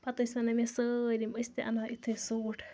پَتہٕ ٲسۍ وَنان مےٚ سٲلِم أسۍ تہِ اَنہِ ہاو یُتھُے سوٗٹ